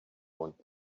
want